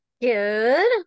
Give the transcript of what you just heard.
Good